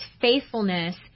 faithfulness